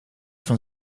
van